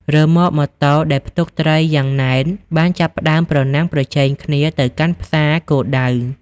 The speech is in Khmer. រ៉ឺម៉កម៉ូតូ ដែលផ្ទុកត្រីយ៉ាងណែនបានចាប់ផ្តើមប្រណាំងប្រជែងគ្នាទៅកាន់ផ្សារគោលដៅ។